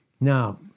Now